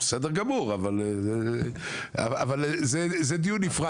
בסדר גמור, אבל זה דיון נפרד.